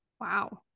wow